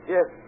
Yes